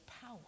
power